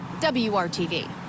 WRTV